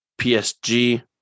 PSG